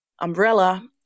umbrella